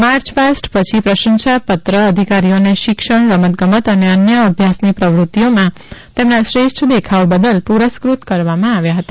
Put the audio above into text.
March past પછી પ્રસંશાપાત્ર અધિકારીઓને શિક્ષણ રમતગમત અને અન્ય અભ્યાસની પ્રવૃત્તિઓમાં તેમના શ્રેષ્ઠ દેખાવ બદલ પુરસ્કત કરવામાં આવ્યા હતા